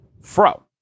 Fro